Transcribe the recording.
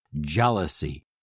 jealousy